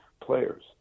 players